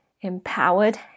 empowered